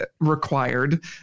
required